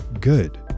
good